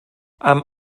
amb